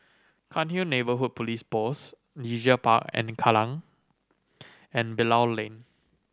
Cairnhill Neighbourhood Police Post Leisure Park and Kallang and Bilal Lane